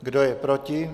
Kdo je proti?